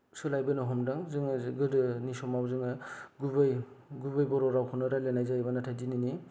सोलायबोनो हमदों जोङो गोदोनि समाव जोङो गुबै गुबै बर' रावखौनो रायलायनाय जायोमोन नाथाय दिनैनि